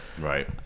Right